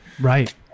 Right